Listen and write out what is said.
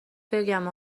بگم